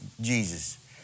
Jesus